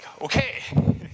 okay